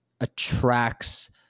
attracts